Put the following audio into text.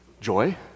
joy